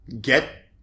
get